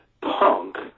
punk